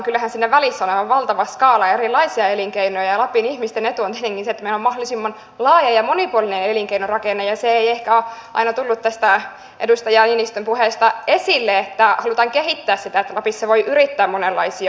kyllähän siinä välissä on aivan valtava skaala erilaisia elinkeinoja ja lapin ihmisten etu on tietenkin se että meillä on mahdollisimman laaja ja monipuolinen elinkeinorakenne ja se ei ehkä ole aina tullut edustaja niinistön puheesta esille että halutaan kehittää sitä että lapissa voi yrittää monenlaisia asioita